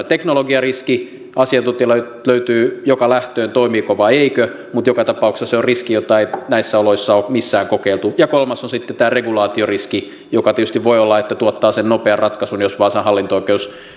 teknologiariski asiantuntijoita löytyy joka lähtöön toimiiko vai eikö mutta joka tapauksessa se on riski jota ei näissä oloissa ole missään kokeiltu kolmas on sitten tämä regulaatioriski joka tietysti voi tuottaa sen nopean ratkaisun jos vaasan hallinto oikeus